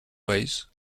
ways